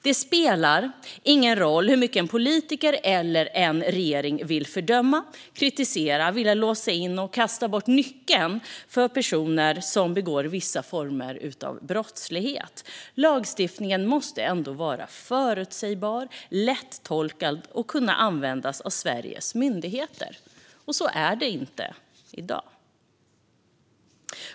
Det spelar ingen roll hur mycket en politiker eller en regering vill fördöma, kritisera, låsa in och kasta bort nyckeln för personer som begår vissa former av brottslighet - lagstiftningen måste ändå vara förutsägbar och lättolkad och kunna användas av Sveriges myndigheter. Så är det inte i dag.